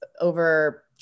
over